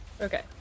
Okay